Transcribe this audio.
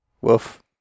Woof